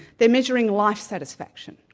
they're measuring life satisfaction,